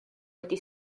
wedi